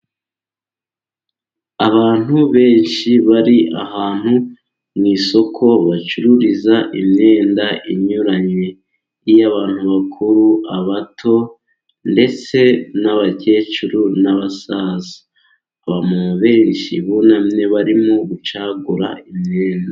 Abantu benshi bari ahantu mu isoko bacururiza imyenda inyuranye, iy'abantu bakuru, abato ndetse n'abakecuru n'abasaza, abantu benshi bunamye barimo gucagura imyenda.